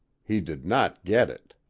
he did not get it.